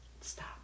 Stop